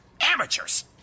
Amateurs